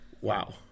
Wow